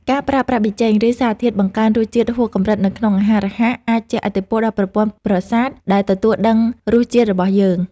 ការប្រើប្រាស់ប៊ីចេង ឬសារធាតុបង្កើនរសជាតិហួសកម្រិតនៅក្នុងអាហាររហ័សអាចជះឥទ្ធិពលដល់ប្រព័ន្ធប្រសាទដែលទទួលដឹងរសជាតិរបស់យើង។